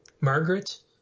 Margaret